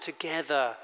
together